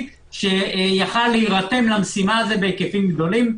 שיכל להירתם למשימה הזאת בהיקפים גדולים.